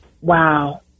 wow